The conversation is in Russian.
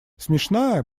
смешная